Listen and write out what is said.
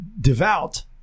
devout